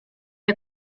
der